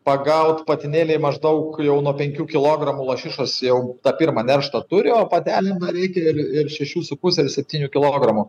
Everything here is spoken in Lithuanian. pagaut patinėliai maždaug jau nuo penkių kilogramų lašišos jau tą pirmą nerštą turi o patelė reikia ir ir šešių su puse ir septynių kilogramų